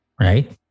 right